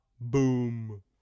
Boom